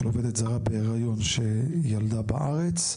עובדת זרה בהריון שילדה בארץ,